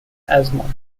esmond